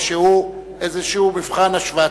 איזה מבחן השוואתי.